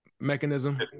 mechanism